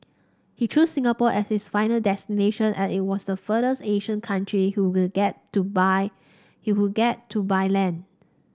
he chose Singapore as his final destination as it was the furthest Asian country get to by he could get to by land